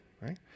right